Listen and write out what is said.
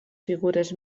figures